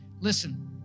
Listen